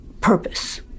purpose